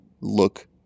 look